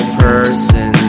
person